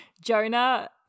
Jonah